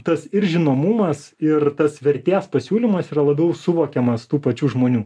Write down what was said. tas ir žinomumas ir tas vertės pasiūlymas yra labiau suvokiamas tų pačių žmonių